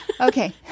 Okay